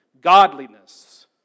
godliness